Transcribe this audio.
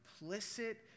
implicit